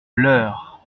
leur